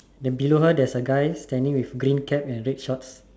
then below her there is a guy standing with green cap and red shorts